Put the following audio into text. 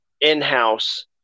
in-house